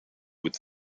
with